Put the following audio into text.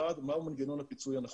1. מהו מנגנון הפיצוי הנכון?